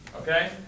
okay